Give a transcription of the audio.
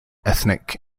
ethnic